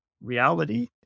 reality